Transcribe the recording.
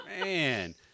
Man